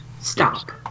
Stop